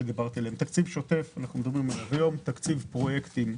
תקציב שוטף, שמדברים עליו היום, ותקציב פרויקטים,